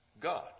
God